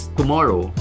tomorrow